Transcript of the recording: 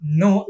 no